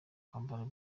kwambara